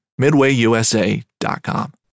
MidwayUSA.com